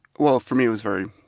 well for me it was very